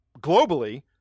globally